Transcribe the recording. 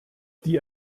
die